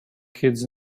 kids